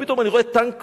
פתאום אני רואה טנק